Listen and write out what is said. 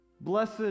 blessed